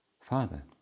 Father